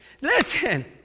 Listen